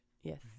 Yes